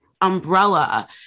umbrella